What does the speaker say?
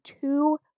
two